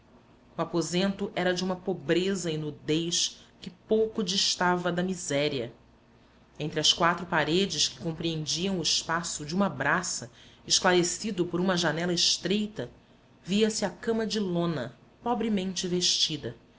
o aposento era de uma pobreza e nudez que pouco distava da miséria entre as quatro paredes que compreendiam o espaço de uma braça esclarecido por uma janela estreita viase a cama de lona pobremente vestida